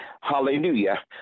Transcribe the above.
hallelujah